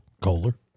Kohler